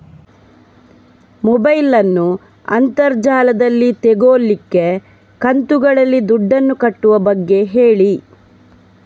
mobile ನ್ನು ಅಂತರ್ ಜಾಲದಲ್ಲಿ ತೆಗೋಲಿಕ್ಕೆ ಕಂತುಗಳಲ್ಲಿ ದುಡ್ಡನ್ನು ಕಟ್ಟುವ ಬಗ್ಗೆ ಹೇಳಿ